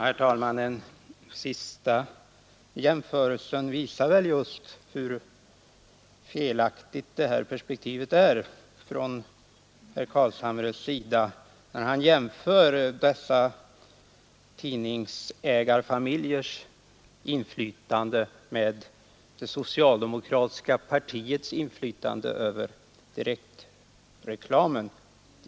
Fru talman! Den sista jämförelsen visar väl just hur felaktigt herr Carlshamres perspektiv är, när han jämför tidningsägarfamiljernas inflytande med det socialdemokratiska partiets inflytande över direktreklamen.